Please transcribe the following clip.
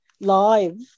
live